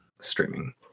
streaming